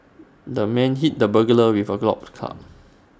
the man hit the burglar with A golf club